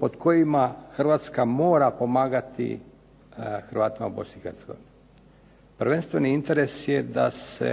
o kojima Hrvatska mora pomagati Hrvatima u Bosni i Hercegovini. Prvenstveni interes je da se